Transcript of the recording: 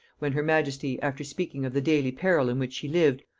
when her majesty, after speaking of the daily peril in which she lived,